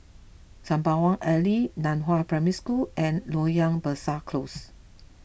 Sembawang Alley Nan Hua Primary School and Loyang Besar Close